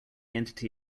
entity